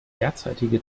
derzeitige